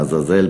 לעזאזל,